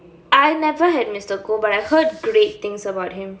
I never had mister goh but I heard great things about him